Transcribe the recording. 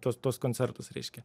tuos tuos koncertus reiškia